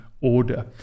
order